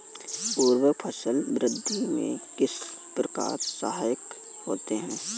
उर्वरक फसल वृद्धि में किस प्रकार सहायक होते हैं?